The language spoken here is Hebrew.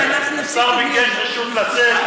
השר ביקש רשות לצאת,